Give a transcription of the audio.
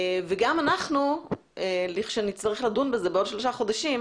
גם אנחנו כשנצטרך לדון בזה, בעוד שלושה חודשים,